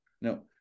No